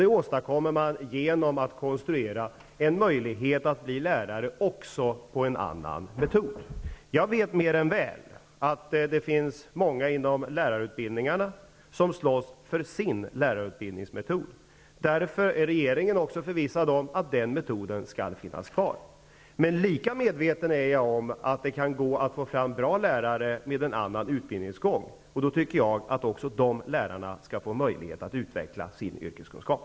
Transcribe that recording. Detta åstadkommer man genom att konstruera en möjlighet att bli lärare också med en annan metod. Jag vet mer än väl att det finns många inom lärarutbildningarna som slåss för sin lärarutbildningsmetod. Därför är regeringen också förvissad om att den metoden skall finnas kvar. Men lika medveten är jag om att det kan gå att få fram bra lärare med en annan utbildningsgång, och därför tycker jag att också dessa lärare skall få möjlighet att utveckla sin yrkeskunskap.